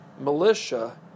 militia